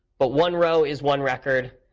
but one row is one record.